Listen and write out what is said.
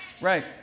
Right